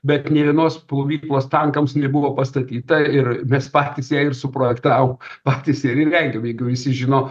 bet nė vienos plovyklos tankams nebuvo pastatyta ir mes patys ją ir suprojektavom patys ir įrengėm jeigu visi žino